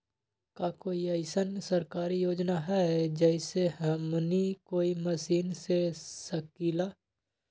का कोई अइसन सरकारी योजना है जै से हमनी कोई मशीन ले सकीं ला?